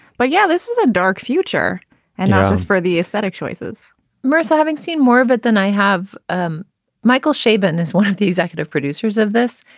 but yeah, this is a dark future and it's it's for the aesthetic choices marisa, having seen more of it than i have. ah michael chabon is one of the executive producers of this.